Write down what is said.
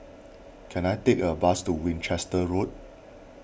can I take a bus to Winchester Road